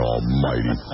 Almighty